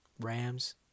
Rams